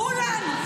כולם.